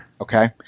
okay